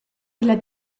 illa